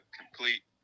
complete